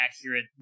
accurate